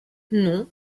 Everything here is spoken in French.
non